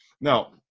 Now